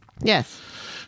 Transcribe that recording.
yes